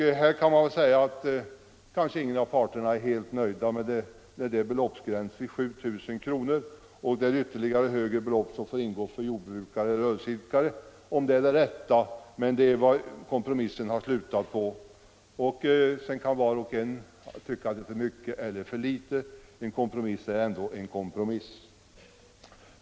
Ingen av parterna är kanske helt nöjd. Det går inte att säga om beloppsgränsen vid 7000 kr. per år och ett något högre belopp för dem som har inkomst av jordbruk eller rörelse är det rätta, men det är vad kompromissen har slutat på. Sedan kan var och en tycka att det är för mycket eller för litet — en kompromiss är ändå en kompromiss.